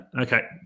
Okay